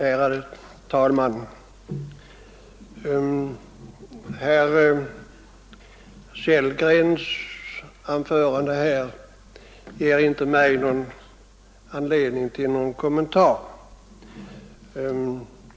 Ärade talman! Herr Sellgrens anförande ger mig inte anledning att göra någon kommentar.